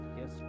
yes